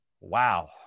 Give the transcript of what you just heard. Wow